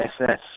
SS